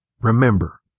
Remember